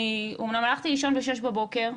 אמנם הלכתי לישון בשש בבוקר,